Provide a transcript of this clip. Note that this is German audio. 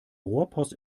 rohrpost